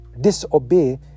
disobey